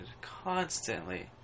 Constantly